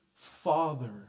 Father